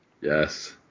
Yes